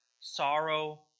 sorrow